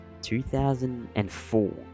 2004